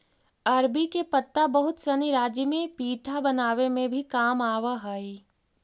अरबी के पत्ता बहुत सनी राज्य में पीठा बनावे में भी काम आवऽ हई